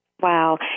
Wow